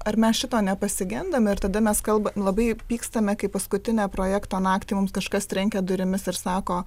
ar mes šito nepasigendam ir tada mes kalbam labai pykstame kai paskutinę projekto naktį mums kažkas trenkia durimis ir sako